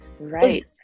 right